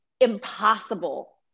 impossible